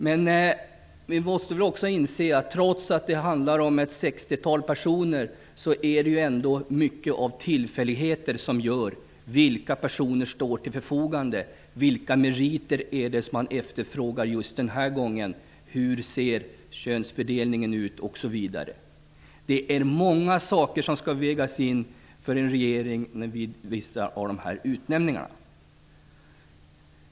Men vi måste väl också inse att det, trots att det handlar om ett sextiotal personer, är mycket av tillfälligheter som gör vilka personer som står till förfogande, vilka meriter som efterfrågas varje gång, hur könsfördelningen ser ut, osv. Det är många saker som skall vägas in för en regering vid vissa av de här utnämningarna.